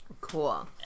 cool